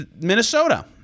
Minnesota